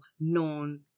known